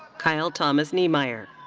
kyle thomas niemeyer.